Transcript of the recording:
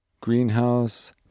Greenhouse